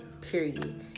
period